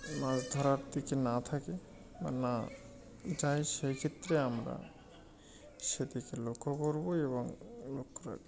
এই মাছ ধরার দিকে না থাকে বা না যায় সেই ক্ষেত্রে আমরা সেদিকে লক্ষ্য করব এবং লক্ষ্য রাখব